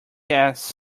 ass